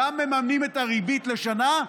גם מממנים את הריבית לשנה,